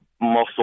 muscle